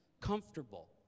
comfortable